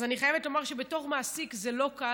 אז אני חייבת לומר שבתור מעסיק זה לא קל,